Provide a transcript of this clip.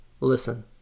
listen